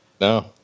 No